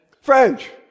French